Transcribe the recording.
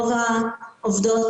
רוב העובדות